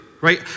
right